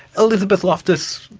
elizabeth loftus,